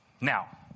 Now